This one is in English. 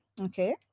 okay